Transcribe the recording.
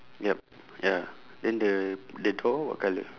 yup ya then the the door what colour